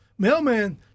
Mailman